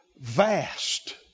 vast